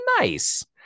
nice